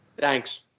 Thanks